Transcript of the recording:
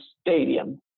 Stadium